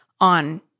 on